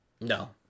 No